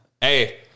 hey